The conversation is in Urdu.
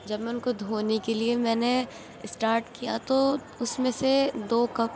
جب میں ان کو دھو نے کے لیے میں نے اسٹاٹ کیا تو اس میں سے دو کپ